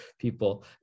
people